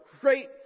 great